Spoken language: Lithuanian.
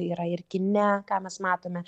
yra ir kine ką mes matome